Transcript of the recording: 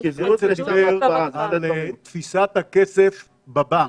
הרצל דיבר על תפיסת הכסף בבנק.